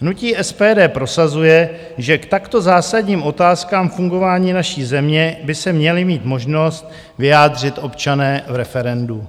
Hnutí SPD prosazuje, že k takto zásadním otázkám fungování naší země by se měli mít možnost vyjádřit občané v referendu.